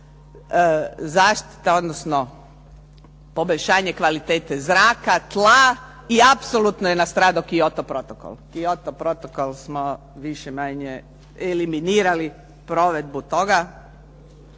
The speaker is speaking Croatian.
zaštita odnosno poboljšane kvalitete zraka, tla i apsolutno je nastradao Kyoto protokol. Kyoto protokol smo više-manje eliminirali provedbu toga.